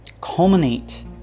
culminate